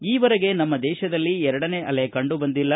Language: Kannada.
ಈವರೆಗೆ ನಮ್ಮ ದೇಶದಲ್ಲಿ ಎರಡನೇ ಅಲೆ ಕಂಡುಬಂದಿಲ್ಲ